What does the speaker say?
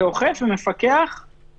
אבל לרדת לרמה של איזה אוכל להגיש -- זו לא הרמה.